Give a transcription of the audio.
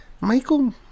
Michael